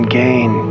gain